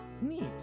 neat